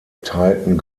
teilten